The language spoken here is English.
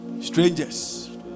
Strangers